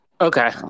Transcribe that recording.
Okay